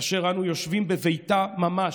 אשר אנו יושבים בביתה ממש,